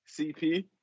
CP